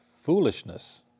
foolishness